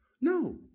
no